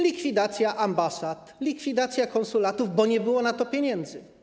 Likwidacja ambasad, likwidacja konsulatów, bo nie było na to pieniędzy.